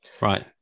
Right